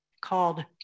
called